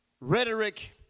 Rhetoric